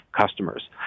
customers